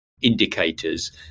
indicators